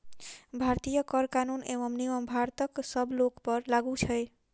भारतीय कर कानून एवं नियम भारतक सब लोकपर लागू छै